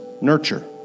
nurture